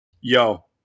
yo